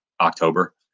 October